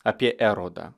apie erodą